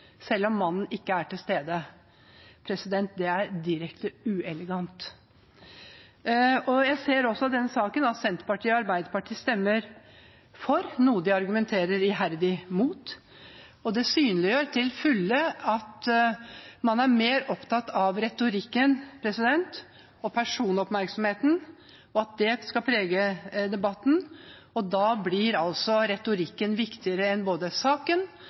selv om mannen ikke er til stede. Det er direkte uelegant. Jeg ser også at Senterpartiet og Arbeiderpartiet i denne saken vil stemme for noe de argumenterer iherdig imot. Det synliggjør til fulle at man er mer opptatt av retorikken og personoppmerksomheten, og at det skal prege debatten. Da blir retorikken viktigere enn både saken